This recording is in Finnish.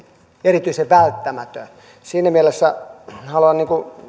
erityisen välttämätön siinä mielessä haluan